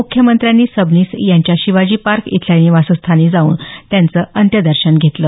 मुख्यमंत्र्यांनी सबनीस यांच्या शिवाजी पार्क इथल्या निवासस्थानी जाऊन त्यांचे अंत्यदर्शन घेतलं